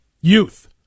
youth